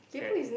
correct